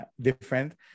different